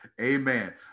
Amen